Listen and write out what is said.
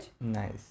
Nice